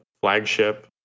flagship